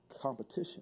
competition